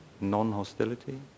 non-hostility